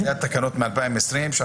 אלה התקנות מ-2020.